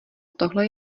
tohle